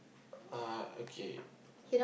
uh okay